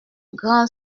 grand